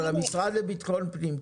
אבל המשרד לביטחון פנים,